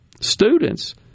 students